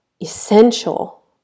essential